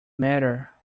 matter